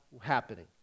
happening